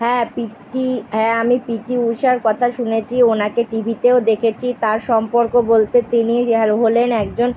হ্যাঁ P T হ্যাঁ আমি পি টি উষার কথা শুনেছি ওনাকে টিভিতেও দেখেছি তার সম্পর্ক বলতে তিনি হলেন একজন